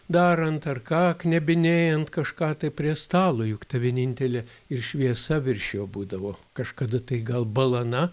darant ar ką knebinėjant kažką tai prie stalo juk ta vienintelė ir šviesa virš jo būdavo kažkada tai gal balana